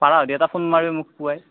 পাৰা যদি এটা ফোন মাৰিবি মোক পুৱাই